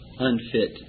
unfit